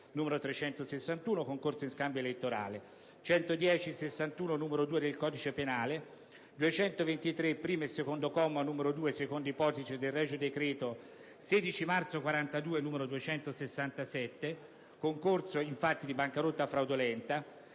n. 361 (concorso in scambio elettorale); 110, 61, n. 2, del codice penale, 223, primo e secondo comma, n. 2, seconda ipotesi del regio decreto 16 marzo 1942, n. 267 (concorso in fatti di bancarotta fraudolenta);